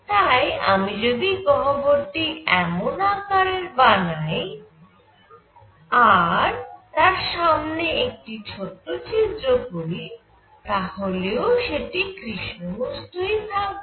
তাই আমি যদি গহ্বরটি এমন আকারের বানাই আর তার সামনে একটি ছোট ছিদ্র করি তাহলেও সেটি কৃষ্ণ বস্তুই থাকবে